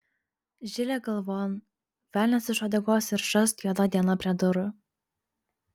žilė galvon velnias iš uodegos ir šast juoda diena prie durų